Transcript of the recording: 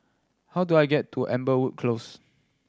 how do I get to Amberwood Close